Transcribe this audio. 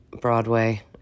Broadway